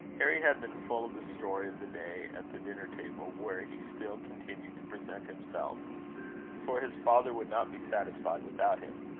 harry had been full of the story of the day at the dinner-table, where he still continued to present himself for his father would not be satisfied without him.